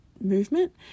movement